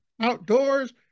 outdoors